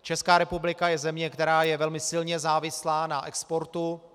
Česká republika je země, která je velmi silně závislá na exportu.